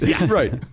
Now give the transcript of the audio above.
Right